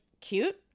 cute